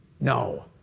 No